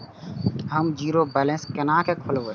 हम zero balance केना खोलैब?